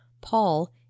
paul